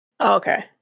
Okay